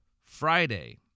friday